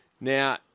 Now